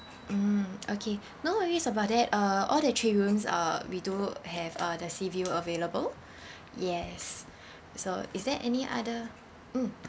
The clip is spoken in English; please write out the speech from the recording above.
mm okay no worries about that uh all the three rooms uh we do have uh the sea view available yes so is there any other mm